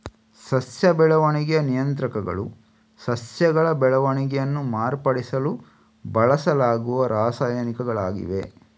ಸಸ್ಯ ಬೆಳವಣಿಗೆಯ ನಿಯಂತ್ರಕಗಳು ಸಸ್ಯಗಳ ಬೆಳವಣಿಗೆಯನ್ನ ಮಾರ್ಪಡಿಸಲು ಬಳಸಲಾಗುವ ರಾಸಾಯನಿಕಗಳಾಗಿವೆ